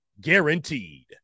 guaranteed